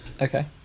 Okay